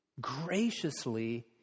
Graciously